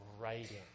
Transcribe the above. writing